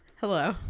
Hello